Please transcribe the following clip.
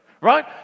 Right